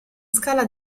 scala